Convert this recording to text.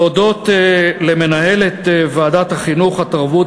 להודות למנהלת ועדת החינוך, התרבות